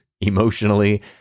emotionally